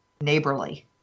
neighborly